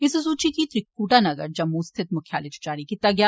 इस सूचि गी त्रिकुटा नगर जम्मू स्थित मुक्खालय च जारी कीता गेआ